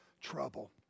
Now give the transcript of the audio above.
trouble